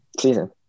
season